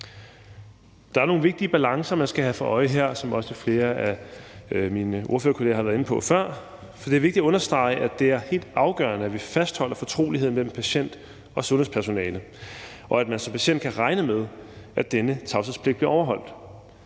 Der er nogle vigtige balancer, man skal have for øje her, som også flere af mine ordførerkolleger har været inde på. For det er vigtigt at understrege, at det er helt afgørende, at vi fastholder fortroligheden mellem patient og sundhedspersonale, og at man som patient kan regne med, at denne tavshedspligt bliver overholdt.